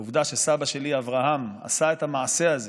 לעובדה שסבא שלי אברהם עשה את המעשה הזה